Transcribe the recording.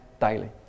daily